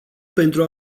pentru